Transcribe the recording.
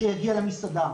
שיגיע למסעדה.